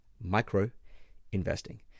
Micro-Investing